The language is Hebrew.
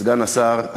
סגן השר,